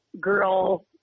girl